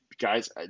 Guys